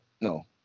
No